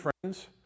friends